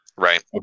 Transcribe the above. Right